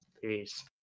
Peace